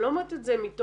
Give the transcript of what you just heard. אני לא אומרת את זה מתוך